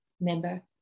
member